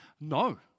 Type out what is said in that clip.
No